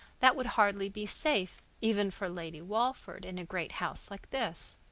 that would hardly be safe, even for lady walford, in a great house like this.